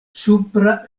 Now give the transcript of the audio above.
supra